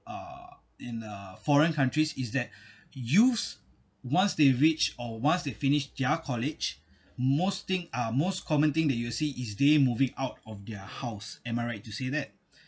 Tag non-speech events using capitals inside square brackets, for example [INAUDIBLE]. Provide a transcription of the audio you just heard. uh in uh foreign countries is that youths once they reach or once they finish their college most thing uh most common thing that you will see is they moving out of their house am I right to say that [BREATH]